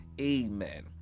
Amen